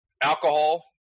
Alcohol